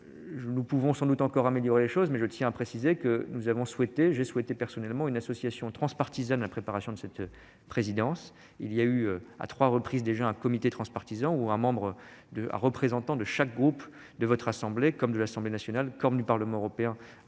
Nous pouvons sans doute encore améliorer les choses, mais je tiens à préciser que nous avons souhaité- j'ai souhaité personnellement -une association transpartisane à la préparation de cette présidence. À trois reprises déjà s'est réuni un comité transpartisan, où siège un représentant de chaque groupe de votre assemblée comme de l'Assemblée nationale et du Parlement européen.